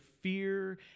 fear